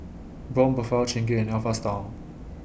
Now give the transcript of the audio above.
Braun Buffel Chingay and Alpha Style